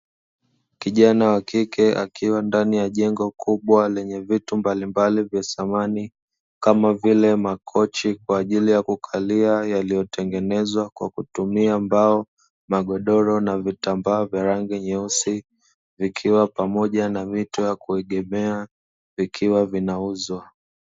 Kijana wa kike akiwa ndani ya jengo kubwa lenye vitu mbalimbali vya thamani, kama vile; makochi kwa ajili ya kukalia, yaliyotengenezwa kwa kutumia mbao, magodoro na vitambaa vya rangi nyeusi, vikiwa pamoja na mito ya kuegemea vikiwa vinauzwa.